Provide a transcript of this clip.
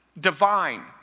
divine